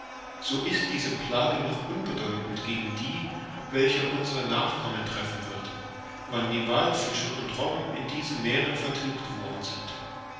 so ist diese plage noch unbedeutend gegen die welche unsere nachkommen treffen wird wann die wallfische und robben in diesen meeren vertilgt worden sind